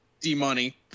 D-Money